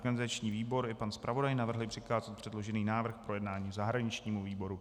Organizační výbor i pan zpravodaj navrhli přikázat předložený návrh k projednání zahraničnímu výboru.